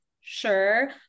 sure